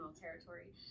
territory